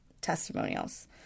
testimonials